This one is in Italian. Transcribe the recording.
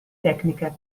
tecniche